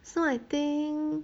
so I think